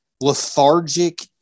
lethargic